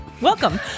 welcome